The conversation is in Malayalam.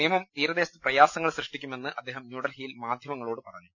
നിയമം തീരദേശത്ത് പ്രയാസങ്ങൾ സൃഷ്ടിക്കു മെന്ന് അദ്ദേഹം ന്യൂഡൽഹിയിൽ മാധ്യമങ്ങളോട് പറഞ്ഞു